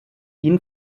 ihn